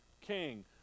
king